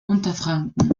unterfranken